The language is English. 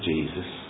Jesus